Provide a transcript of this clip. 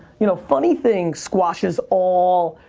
you know, funny thing squashes all,